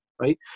right